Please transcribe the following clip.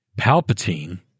Palpatine –